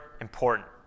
important